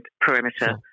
perimeter